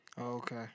Okay